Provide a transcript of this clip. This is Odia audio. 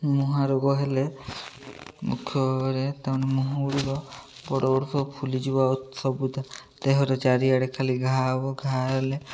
ମୁହାରୋଗ ହେଲେ ମୁଖରେ ତେଣୁ ମୁହଁ ଗୁଡ଼ିକ ବଡ଼ ବଡ଼ ସବୁ ଫୁଲିଯିବା ଆଉ ସବୁ ତା ଦେହରେ ଚାରିଆଡ଼େ ଖାଲି ଘା ହବ ଘା ହେଲେ